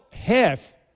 half